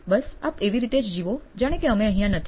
બસ આપ એવી રીતે જ જીવો જાણે કે અમે અહીંયા નથી